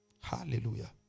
Hallelujah